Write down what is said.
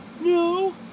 No